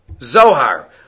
Zohar